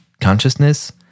consciousness